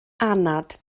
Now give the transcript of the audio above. anad